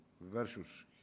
versus